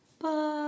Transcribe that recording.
Bye